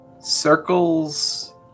circles